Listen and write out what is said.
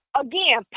again